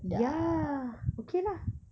ya okay lah